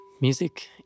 Music